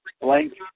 blank